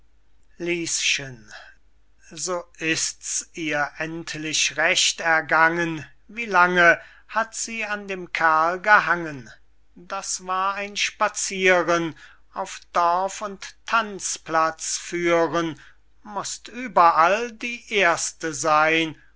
lieschen so ist's ihr endlich recht ergangen wie lange hat sie an dem kerl gehangen das war ein spaziren auf dorf und tanzplatz führen mußt überall die erste seyn